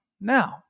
now